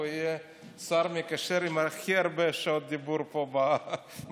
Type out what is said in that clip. הוא יהיה השר המקשר עם הכי הרבה שעות דיבור פה במליאה.